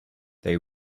they